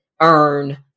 earn